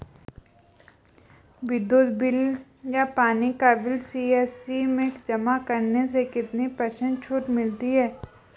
विद्युत बिल या पानी का बिल सी.एस.सी में जमा करने से कितने पर्सेंट छूट मिलती है?